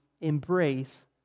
embrace